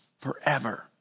forever